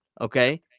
okay